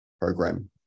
program